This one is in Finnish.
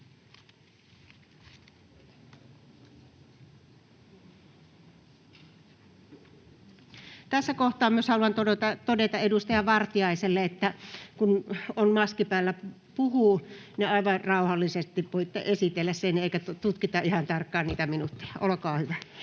Tässä kohtaa myös haluan todeta edustaja Vartiaiselle, että kun maski päällä puhuu, niin aivan rauhallisesti voitte esitellä sen eikä tutkita ihan tarkkaan niitä minuutteja. Olkaa hyvä.